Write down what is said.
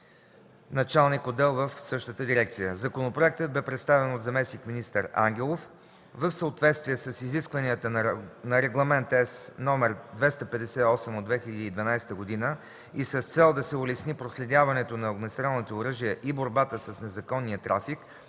началник отдел в същата дирекция. Законопроектът бе представен от заместник-министър Ангелов. В съответствие с изискванията на Регламент (ЕС) № 258/2012 и с цел да се улесни проследяването на огнестрелните оръжия и борбата с незаконния трафик,